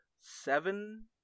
seven